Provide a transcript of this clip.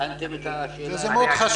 בחנתם את השאלה הזו?